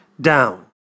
down